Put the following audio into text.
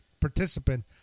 participant